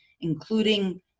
including